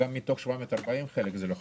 גם מתוך 740 חלק זה לא חלוט.